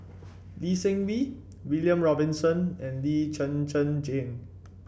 Lee Seng Wee William Robinson and Lee Zhen Zhen Jane